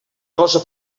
cosa